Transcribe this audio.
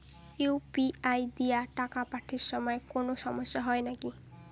UPI দিয়া টাকা পাঠের সময় কোনো সমস্যা হয় নাকি?